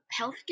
Healthcare